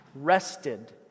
Rested